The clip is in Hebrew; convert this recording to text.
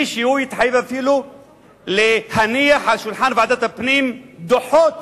שהוא התחייב אפילו להניח על שולחן ועדת הפנים דוחות